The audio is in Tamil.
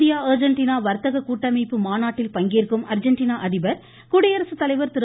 இந்தியா அர்ஜெண்டினா வர்த்தக கூட்டமைப்பு மாநாட்டில் பங்கேற்கும் அர்ஜெண்டினா அதிபர் குடியரசுத் தலைவர் திரு